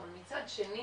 אבל מצד שני